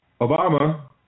Obama